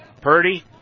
Purdy